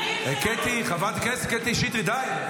קטי, חברת הכנסת קטי שטרית, די.